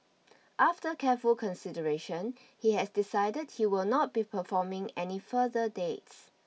after careful consideration he has decided he will not be performing any further dates